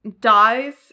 dies